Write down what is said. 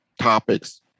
topics